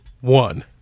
one